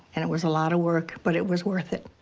and it was a lot of work. but it was worth it.